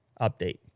update